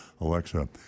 Alexa